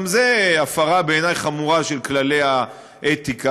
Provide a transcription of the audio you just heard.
גם זו בעיני הפרה חמורה של כללי האתיקה,